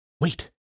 Wait